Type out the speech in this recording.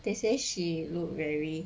they say she look very